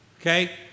okay